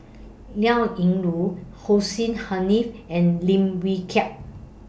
Liao Yingru Hussein Haniff and Lim Wee Kiak